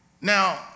Now